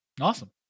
awesome